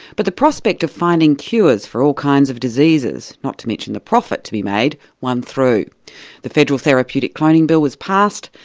but the prospect of finding cures for all kinds of diseases, not to mention the profit to be made, won through the federal therapeutic cloning bill was passed.